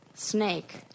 Snake